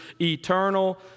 eternal